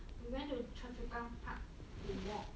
we went to choa chu kang park to walk